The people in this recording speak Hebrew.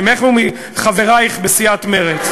ממך ומחברייך בסיעת מרצ,